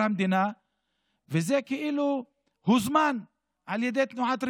המדינה וזה כאילו הוזמן על ידי תנועת רגבים.